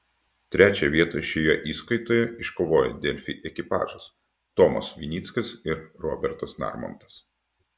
trečią vietą šioje įskaitoje iškovojo delfi ekipažas tomas vinickas ir robertas narmontas